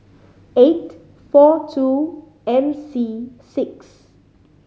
eight four two M C six